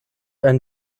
ein